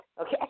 okay